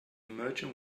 merchant